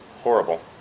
horrible